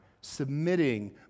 submitting